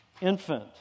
infant